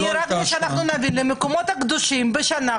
יש 50 מיליון למקומות הקדושים בשנה.